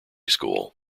school